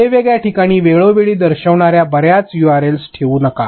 वेगवेगळ्या ठिकाणी वेळोवेळी दर्शविणार्या बर्याच यूआरएल ठेवू नका